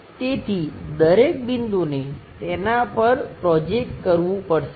તેથી દરેક બિંદુને તેના પર પ્રોજેકટ કરવું પડશે